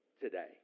today